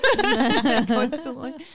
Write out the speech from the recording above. Constantly